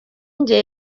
njye